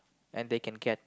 and they can get